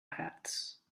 hats